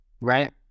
right